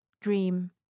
dream